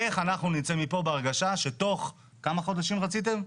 איך אנחנו נצא מפה בהרגשה שתוך, כמה חודשים רציתם?